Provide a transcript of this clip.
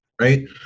right